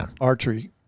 Archery